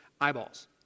eyeballs